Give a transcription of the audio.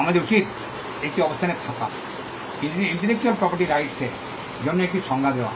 আমাদের উচিত একটি অবস্থানে থাকা ইন্টেলেকচুয়াল প্রপার্টি রাইটস এর জন্য একটি সংজ্ঞা দেওয়া